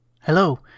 Hello